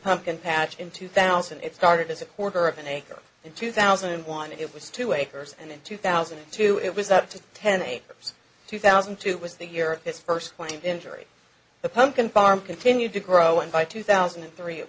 pumpkin patch in two thousand it started as a quarter of an acre in two thousand and one it was two acres and in two thousand and two it was up to ten acres two thousand and two was the year his first twenty injury the pumpkin farm continued to grow and by two thousand and three it